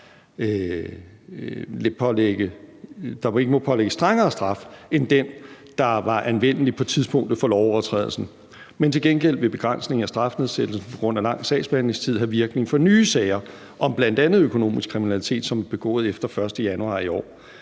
der ikke må pålægges en strengere straf end den, der var anvendelig på tidspunktet for lovovertrædelsen. Men til gengæld vil begrænsningen af strafnedsættelse på grund af lang sagsbehandlingstid have virkning for nye sager om bl.a. økonomisk kriminalitet, som er begået efter den 1. januar i år.